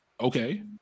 okay